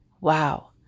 wow